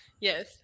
Yes